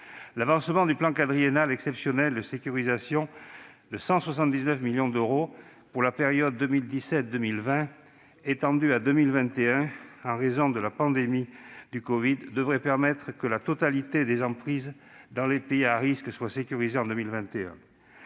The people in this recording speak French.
L'avancement du plan quadriennal exceptionnel de sécurisation de 179 millions d'euros pour la période 2017-2020, étendu à 2021 en raison de la pandémie de covid-19, devrait permettre de sécuriser la totalité des emprises dans les pays à risque en 2021.